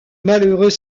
malheureux